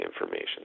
information